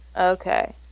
Okay